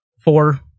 four